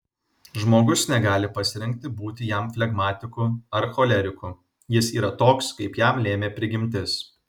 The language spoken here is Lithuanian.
žmogus negali pasirinkti būti jam flegmatiku ar choleriku jis yra toks kaip jam lėmė prigimtis